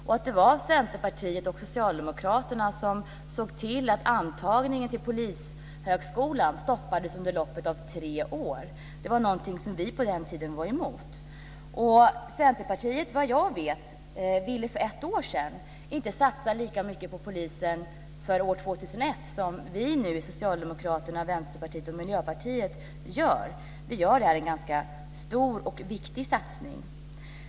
Det var också Centerpartiet och Socialdemokraterna som såg till att antagningen till Polishögskolan stoppades under loppet av tre år. Det var någonting som vi på den tiden var emot. Vad jag vet ville Centerpartiet för ett år sedan inte satsa lika mycket på polisen för år 2001 som vi i Socialdemokraterna, Vänsterpartiet och Miljöpartiet nu gör. Vi gör här en ganska stor och viktig satsning.